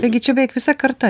taigi čia beveik visa karta